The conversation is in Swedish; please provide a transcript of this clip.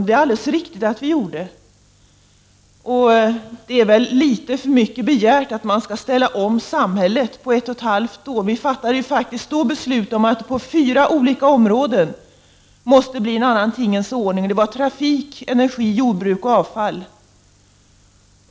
Det är alldeles riktigt, men det är väl litet mycket begärt att man skall ställa om samhället på ett och ett halvt år? Vi fattade ju faktiskt beslut om att det på fyra viktiga områden måste bli en annan tingens ordning: trafik, energi, jordbruk och avfall.